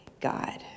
God